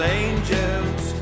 angels